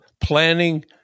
planning